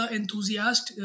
enthusiast